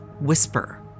whisper